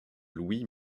louis